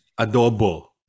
adobo